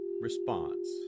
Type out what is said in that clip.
response